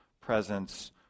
presence